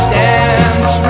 dance